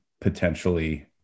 potentially